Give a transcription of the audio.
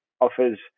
offers